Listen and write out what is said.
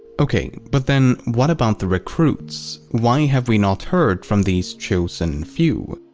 okay, but then, what about the recruits? why have we not heard from these chosen few?